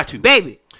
baby